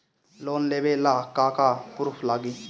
Loan लेबे ला का का पुरुफ लागि?